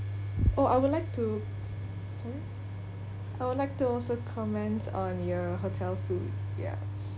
oh I would like to sorry I would like to also comments on your hotel food ya